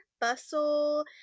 Bustle